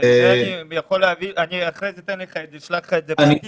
אני אחרי זה אשלח לך את זה.